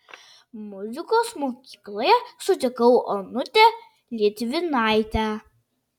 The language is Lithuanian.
muzikos mokykloje sutikau onutę litvinaitę